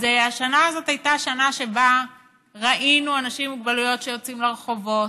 השנה הזאת הייתה שנה שבה ראינו אנשים עם מוגבלויות שיוצאים לרחובות,